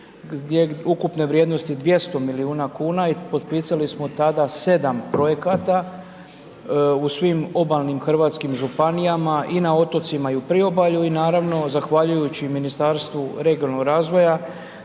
ukupne vrijednosti 200 milijuna kuna i potpisali smo tada 7 projekata u svim obalnim hrvatskim županijama i na otocima i u priobalju i naravno, zahvaljujući Ministarstvu regionalnog razvoja,